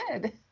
good